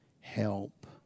help